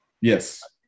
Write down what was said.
Yes